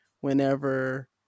whenever